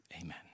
Amen